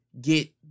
get